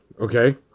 Okay